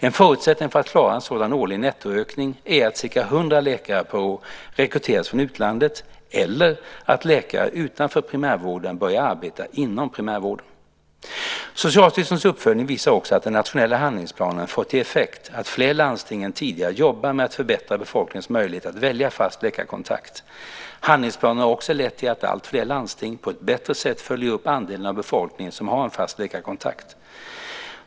En förutsättning för att klara en sådan årlig nettoökning är att ca 100 läkare per år rekryteras från utlandet eller att läkare utanför primärvården börjar arbeta inom primärvården. Socialstyrelsens uppföljning visar också att den nationella handlingsplanen fått till effekt att fler landsting än tidigare jobbar med att förbättra befolkningens möjligheter att välja fast läkarkontakt. Handlingsplanen har också lett till att alltfler landsting på ett bättre sätt följer upp andelen av befolkningen som har en fast läkarkontakt.